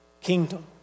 kingdom